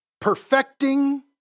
perfecting